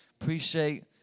appreciate